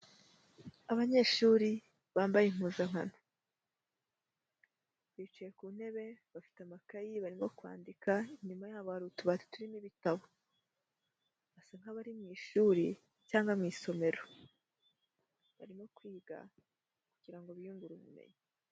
Abanyeshuri bambaye impuzankano bicaye ku ntebe, bafite amakayi barimo kwandika, inyuma yabo hari utubati turimo ibitabo. Basa nk'abari mu ishuri cyangwa mu isomero barimo kwiga kugira ngo biyungure ubumenyi.